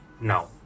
now